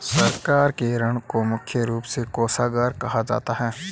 सरकार के ऋण को मुख्य रूप से कोषागार कहा जाता है